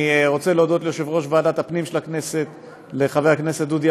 יציג את הצעת החוק חבר הכנסת פורר.